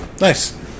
nice